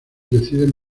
deciden